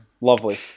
Lovely